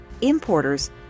Importers